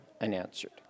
unanswered